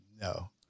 no